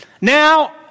Now